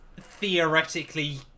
theoretically